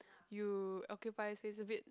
you occupy space a bit